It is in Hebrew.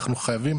אנחנו חייבים